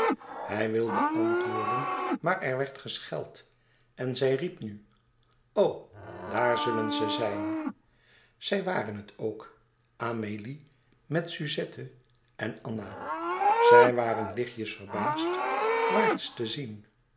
hij wilde antwoorden maar er werd gescheld en zij riep nu o daar zullen ze zijn zij waren het ook amélie met suzette en anna zij waren lichtjes verbaasd quaerts te zien